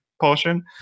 portion